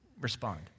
respond